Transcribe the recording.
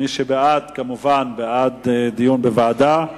מי שבעד, כמובן בעד דיון בוועדה,